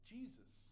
Jesus